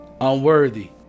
unworthy